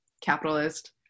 capitalist